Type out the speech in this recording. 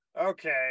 Okay